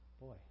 boy